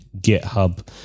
GitHub